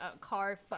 car